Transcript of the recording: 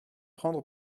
prendre